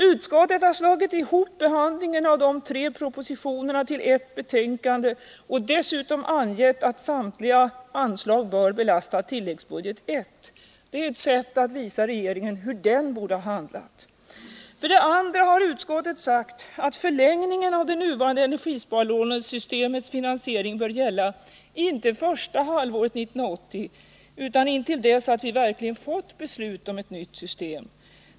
Utskottet har slagit ihop behandlingen av de tre propositionerna till ett betänkande och dessutom angett att samtliga anslag bör belasta tilläggsbudget nr I. Det är ett sätt att visa regeringen hur den borde ha handlat. För det andra har utskottet sagt att förlängningen av det nuvarande energisparlånesystemets finansiering bör gälla, inte första halvåret 1980, utan intill dess att vi verkligen får ett beslut om ett nytt system.